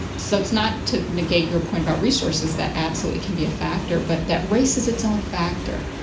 so, it's not to negate your point about resources, that absolutely can be a factor, but that raises its own factor,